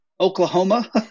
Oklahoma